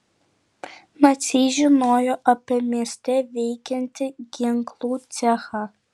naciai žinojo apie mieste veikiantį ginklų cechą